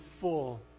full